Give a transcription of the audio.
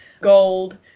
gold